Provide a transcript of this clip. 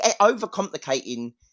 overcomplicating